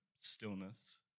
stillness